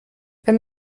wenn